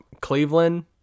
Cleveland